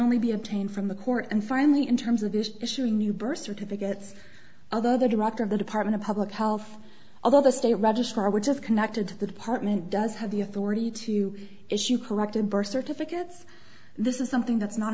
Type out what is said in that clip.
only be obtained from the court and finally in terms of this issue new birth certificates other director of the department of public health although the state registrar which is connected to the department does have the authority to issue corrected birth certificates this is something that's not